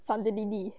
suddenly 腻